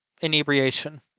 inebriation